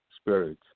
spirit